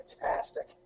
fantastic